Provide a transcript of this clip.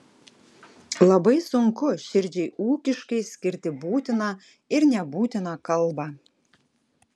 labai sunku širdžiai ūkiškai skirti būtiną ir nebūtiną kalbą